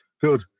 good